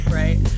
right